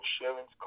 insurance